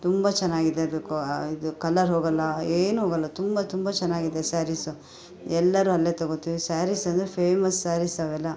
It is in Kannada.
ತುಂಬ ಚೆನ್ನಾಗಿದೆ ಅದು ಕ ಇದು ಕಲರ್ ಹೋಗಲ್ಲ ಏನೂ ಹೋಗಲ್ಲ ತುಂಬ ತುಂಬ ಚೆನ್ನಾಗಿದೆ ಸ್ಯಾರೀಸು ಎಲ್ಲರೂ ಅಲ್ಲೇ ತೊಗೋಳ್ತಿವಿ ಸ್ಯಾರೀಸೆಂದ್ರೆ ಫೇಮಸ್ ಸ್ಯಾರೀಸ್ ಅವೆಲ್ಲ